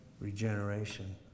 regeneration